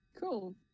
Cool